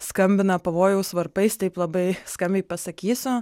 skambina pavojaus varpais taip labai skambiai pasakysiu